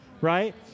right